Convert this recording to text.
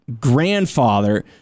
grandfather